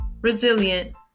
resilient